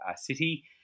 city